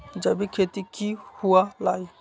जैविक खेती की हुआ लाई?